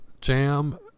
jam